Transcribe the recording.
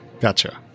gotcha